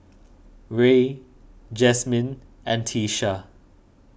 Rey Jasmyn and Tyesha